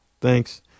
Thanks